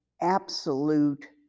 absolute